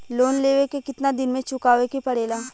Loan लेवे के कितना दिन मे चुकावे के पड़ेला?